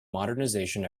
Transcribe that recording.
modernization